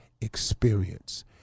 experience